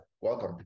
welcome